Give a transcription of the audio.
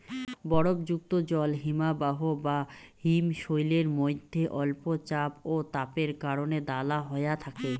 বরফযুক্ত জল হিমবাহ বা হিমশৈলের মইধ্যে অল্প চাপ ও তাপের কারণে দালা হয়া থাকে